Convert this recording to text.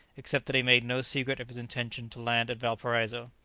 except that he made no secret of his intention to land at valparaiso.